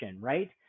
right